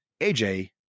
AJ